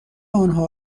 انها